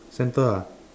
centre ah